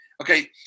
Okay